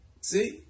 See